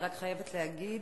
אני רק חייבת להגיד